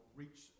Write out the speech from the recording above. reach